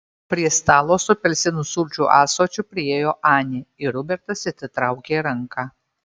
prie stalo su apelsinų sulčių ąsočiu priėjo anė ir robertas atitraukė ranką